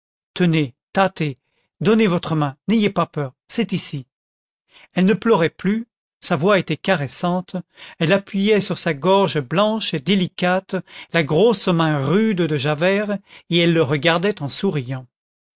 tenez tâtez donnez votre main n'ayez pas peur c'est ici elle ne pleurait plus sa voix était caressante elle appuyait sur sa gorge blanche et délicate la grosse main rude de javert et elle le regardait en souriant